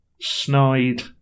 snide